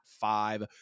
five